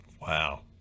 wow